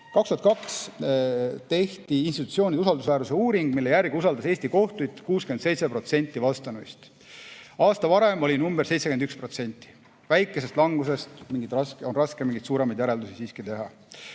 2022 tehti institutsioonide usaldusväärsuse uuring, mille järgi usaldas Eesti kohtuid 67% vastanuist. Aasta varem oli [see] number 71%. Väikesest langusest on siiski raske mingeid suuremaid järeldusi teha.